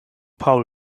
paul